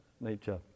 nature